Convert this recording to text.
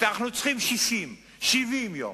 אנחנו צריכים 60 70 יום.